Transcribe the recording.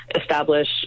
establish